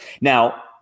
Now